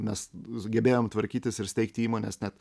mes sugebėjom tvarkytis ir steigti įmones net